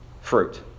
fruit